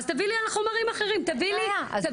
אז תביאי לי על חומרים אחרים --- אין בעיה, אז